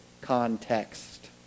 context